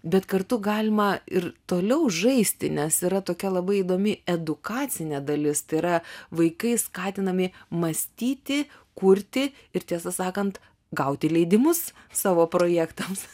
bet kartu galima ir toliau žaisti nes yra tokia labai įdomi edukacinė dalis tai yra vaikai skatinami mąstyti kurti ir tiesą sakant gauti leidimus savo projektams